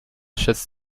schätzt